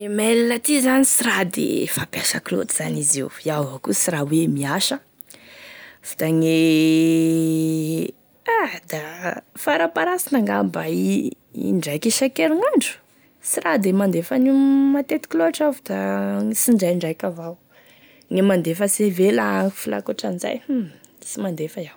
Email ty zany sy raha de fampiasako lotry zany izy io sady iaho avao koa sy raha hoe miasa, fa da gne ah de gne faraparasiny angamba i indraiky isan-kerinandro sy raha de mandefa an'io matetiky lotry iaho fa da sy indraindraiky avao, gne mandefa CV la agny fa la ankoatran'izay oh sy mandefa iaho.